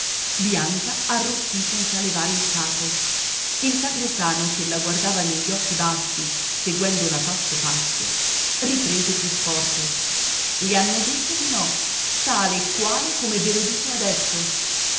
lupi bianca arrossì senza levare il capo il sagrestano che la guardava negli occhi bassi seguendola passo passo riprese più forte gli hanno detto di no tale e quale come ve lo dico adesso